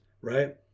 right